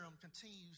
continues